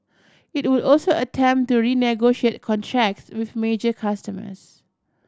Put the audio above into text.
it would also attempt to renegotiate contracts with major customers